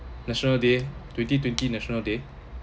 national day twenty twenty national day